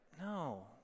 no